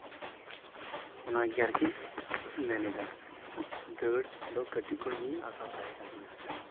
ᱚᱱᱟᱜᱮ ᱟᱨᱠᱤᱧ ᱢᱮᱱᱮᱫᱟ ᱫᱟᱹᱲ ᱫᱚ ᱠᱟᱹᱴᱤᱡ ᱠᱷᱚᱱ ᱜᱮ ᱟᱥᱟ ᱛᱟᱦᱮ ᱠᱟᱱ ᱛᱤᱧᱟᱹ